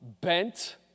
bent